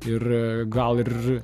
ir gal ir